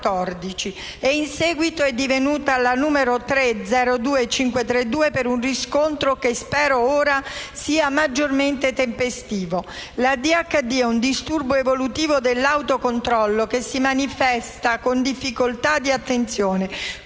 link apre una nuova finestra") per un riscontro che spero ora sia maggiormente tempestivo. L'ADHD è un disturbo evolutivo dell'autocontrollo che si manifesta con difficoltà di attenzione,